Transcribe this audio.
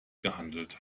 gehandelt